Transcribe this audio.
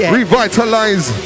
Revitalize